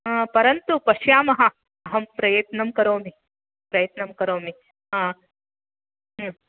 आ परन्तु पश्यामः अहं प्रयत्नं करोमि प्रयत्नं करोमि